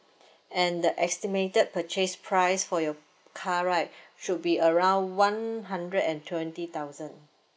and the estimated purchase price for your car right should be around one hundred and twenty thousand